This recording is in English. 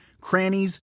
crannies